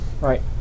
Right